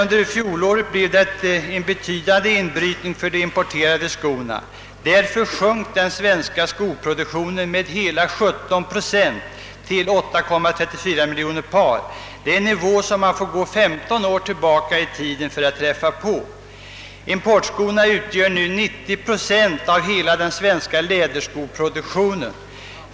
Under fjolåret blev det en betydande inbrytning för de importerade skorna som medförde att den svenska skoproduktionen sjönk med hela 17 procent till 3,34 miljoner par. Man får gå 15 år tillbaka i tiden för att träffa på en så låg nivå. Importskorna utgör nu 90 procent av hela den svenska läderskoproduktionen.